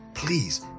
Please